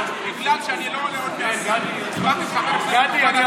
השר, כבוד השר, אני רוצה לענות.